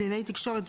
"קלינאי תקשורת",